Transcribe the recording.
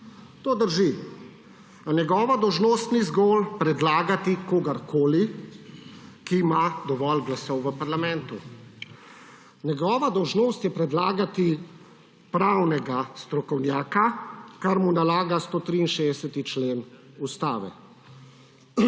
To drži, a njegova dolžnost ni zgolj predlagati kogarkoli, ki ima dovolj glasov v parlamentu. Njegova dolžnost je predlagati pravnega strokovnjaka, kar mu nalaga 163. člen Ustave.